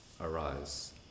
arise